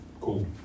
Cool